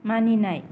मानिनाय